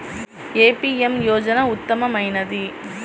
ఏ PM యోజన ఉత్తమమైనది?